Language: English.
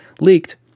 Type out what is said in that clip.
leaked